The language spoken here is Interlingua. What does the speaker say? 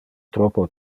troppo